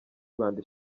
rwanda